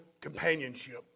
companionship